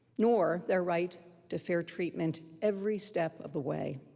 nor their right to fair treatment every step of the way.